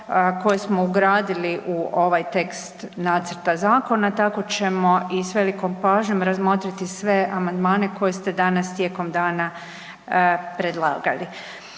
koji smo ugradili u ovaj tekst nacrta zakona tako ćemo i s velikom pažnjom razmotrili sve amandmane koje ste danas tijekom dana predlagali.